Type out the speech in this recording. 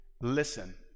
Listen